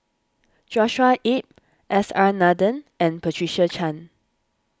Joshua Ip S R Nathan and Patricia Chan